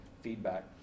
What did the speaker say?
feedback